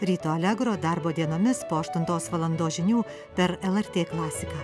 ryto allegro darbo dienomis po aštuntos valandos žinių per lrt klasiką